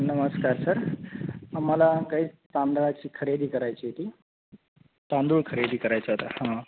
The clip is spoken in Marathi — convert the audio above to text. नमस्कार सर आम्हाला काही तांदळाची खरेदी करायची होती तांदूळ खरेदी करायचा होता हं